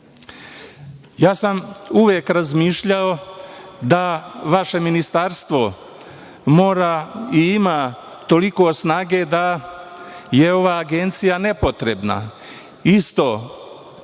sam razmišljao da vaše ministarstvo mora i ima toliko snage da je ova agencija nepotrebna, isto